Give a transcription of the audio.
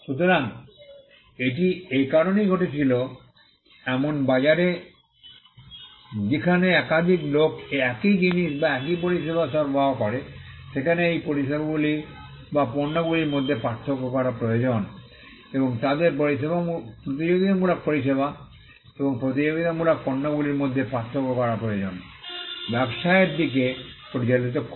সুতরাং এটি এ কারণেই ঘটেছিল এমন বাজারে যেখানে একাধিক লোক একই জিনিস বা একই পরিষেবা সরবরাহ করে সেখানে এই পরিষেবাগুলি বা পণ্যগুলির মধ্যে পার্থক্য করা প্রয়োজন এবং তাদের প্রতিযোগিতামূলক পরিষেবা এবং প্রতিযোগিতামূলক পণ্যগুলির মধ্যে পার্থক্য করা প্রয়োজন ব্যবসায়ের দিকে পরিচালিত করে